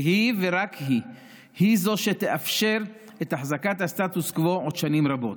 והיא ורק היא זו שתאפשר את החזקת הסטטוס קוו עוד שנים רבות.